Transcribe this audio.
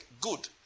good